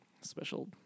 special